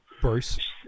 Bruce